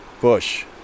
bush